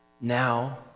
Now